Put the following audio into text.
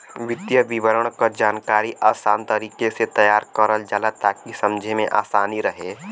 वित्तीय विवरण क जानकारी आसान तरीके से तैयार करल जाला ताकि समझे में आसानी रहे